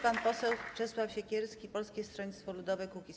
Pan poseł Czesław Siekierski, Polskie Stronnictwo Ludowe - Kukiz15.